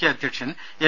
K അധ്യക്ഷൻ M